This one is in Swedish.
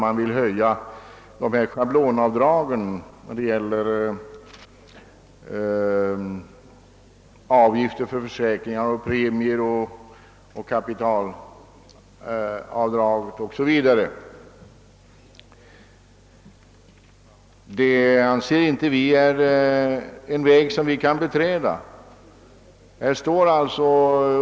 Man vill höja det s.k. sparavdraget för inkomst av kapital och avdraget för frivilliga avgifter och premier för försäkringar m.m. Den vägen med skatteavdrag anser vi oss inte kunna beträda.